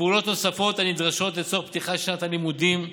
ופעולות נוספות הנדרשות לצורך פתיחת שנת לימודים ראויה,